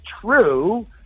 true